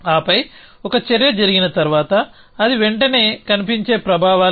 ఆపై ఒక చర్య జరిగిన తర్వాత అది వెంటనే కనిపించే ప్రభావాలే